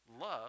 love